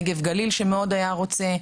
הנגב והגליל שהיה רוצה מאוד,